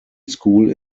school